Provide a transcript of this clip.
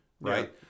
right